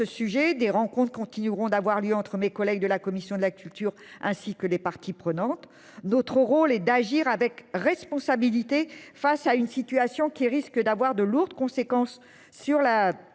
sujet des rencontre continueront d'avoir lieu entre mes collègues de la commission de la culture ainsi que les parties prenantes. Notre rôle est d'agir avec responsabilité face à une situation qui risque d'avoir de lourdes conséquences sur la